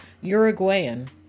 Uruguayan